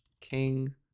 King